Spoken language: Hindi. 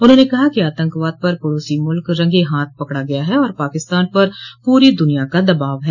उन्होंने कहा कि आतंकवाद पर पड़ोसी मुल्क रंगेहाथ पकड़ा गया है और पाकिस्तान पर पूरी दुनिया का दबाव है